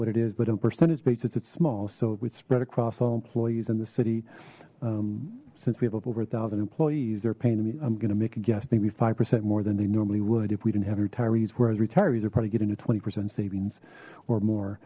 what it is but on percentage basis it's small so it would spread across all employees in the city since we have up over a thousand employees they're paying me i'm gonna make a guess maybe five percent more than they normally would if we didn't have our retirees whereas retirees are probably getting to twenty percent savings or more